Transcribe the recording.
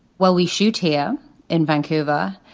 well, we shoot here in vancouver.